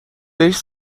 بهش